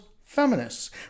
feminists